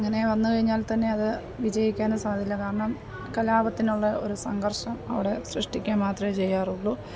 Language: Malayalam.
അങ്ങനെ വന്ന് കഴിഞ്ഞാൽ തന്നെ അത് വിജയിക്കാനും സാധ്യതയില്ല കാരണം കലാപത്തിനുള്ള ഒരു സംഘർഷം അവിടെ സൃഷ്ടിക്കുക മാത്രമേ ചെയ്യാറുള്ളു